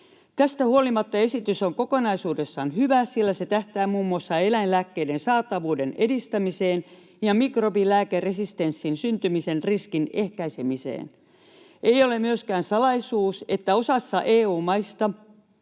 Tästä huolimatta esitys on kokonaisuudessaan hyvä, sillä se tähtää muun muassa eläinlääkkeiden saatavuuden edistämiseen ja mikrobilääkeresistenssin syntymisen riskin ehkäisemiseen. Ei ole myöskään salaisuus, että osassa EU-maista